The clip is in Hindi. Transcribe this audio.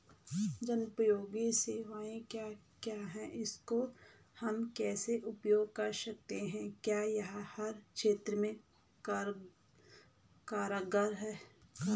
जनोपयोगी सेवाएं क्या क्या हैं इसको हम कैसे उपयोग कर सकते हैं क्या यह हर क्षेत्र में कारगर है?